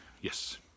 Yes